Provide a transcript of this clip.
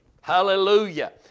Hallelujah